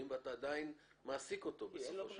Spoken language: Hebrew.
ואתה עדיין מעסיק אותו בסופו של דבר.